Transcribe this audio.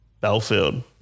Belfield